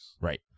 Right